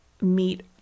meet